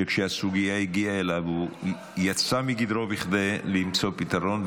שכאשר הסוגיה הגיעה אליו הוא יצא מגדרו כדי למצוא פתרון,